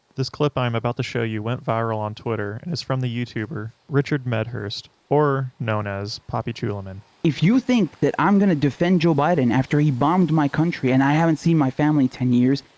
this clip i'm about to show you went viral on twitter and is from the youtuber richard medhurst or known as papichulomin. if you think that i'm gonna defend joe biden after he bombed my country and i haven't seen my family ten years,